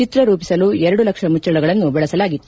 ಚಿತ್ರ ರೂಪಿಸಲು ಎರಡು ಲಕ್ಷ ಮುಚ್ವಳಗಳನ್ನು ಬಳಸಲಾಗಿತ್ತು